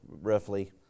roughly